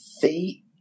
feet